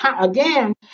Again